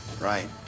right